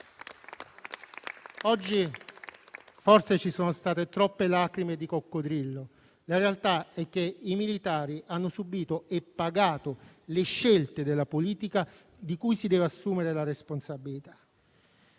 Oggi forse ci sono state troppe lacrime di coccodrillo; la realtà è che i militari hanno subito e pagato le scelte della politica, di cui ci si deve assumere la responsabilità.